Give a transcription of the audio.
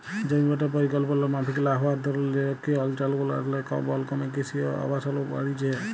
জমিবাঁটা পরিকল্পলা মাফিক লা হউয়ার দরুল লিরখ্খিয় অলচলগুলারলে বল ক্যমে কিসি অ আবাসল বাইড়হেছে